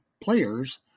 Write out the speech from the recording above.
players